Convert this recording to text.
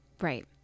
Right